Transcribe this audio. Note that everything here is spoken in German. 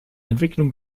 entwicklung